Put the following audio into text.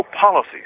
policies